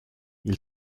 ils